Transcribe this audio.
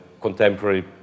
contemporary